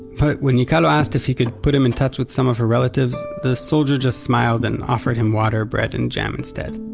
when yikealo asked if he could put him in touch with some of her relatives, the soldier just smiled and offered him water, bread and jam instead